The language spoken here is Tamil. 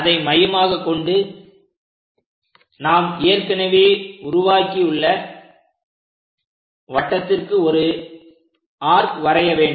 அதை மையமாக கொண்டு நாம் ஏற்கனவே உருவாக்கியுள்ள வட்டத்திற்கு ஒரு ஆர்க் வரைய வேண்டும்